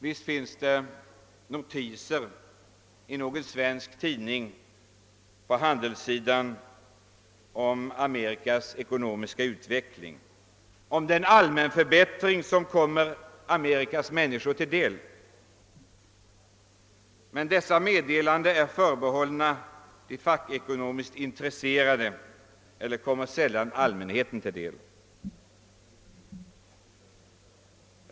Visst finns det på handelssidan i någon svensk tidning notiser om Amerikas ekonomiska utveckling och den allmänförbättring som kommer dess människor till del, men dessa meddelanden är förbehållna de fackekonomiskt intresserade och kommer sällan allmänheten till del.